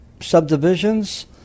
subdivisions